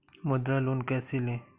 मुद्रा लोन कैसे ले?